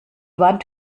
wand